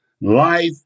life